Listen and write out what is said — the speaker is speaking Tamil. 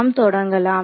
நாம் தொடங்கலாம்